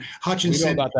Hutchinson